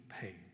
paid